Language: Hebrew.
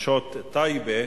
נשות טייבה,